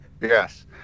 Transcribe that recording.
Yes